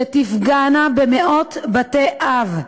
שתפגענה במאות בתי-אב,